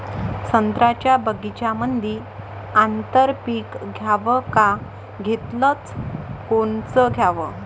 संत्र्याच्या बगीच्यामंदी आंतर पीक घ्याव का घेतलं च कोनचं घ्याव?